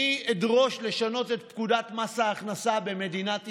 אני אדרוש לשנות את פקודת מס הכנסה במדינת ישראל.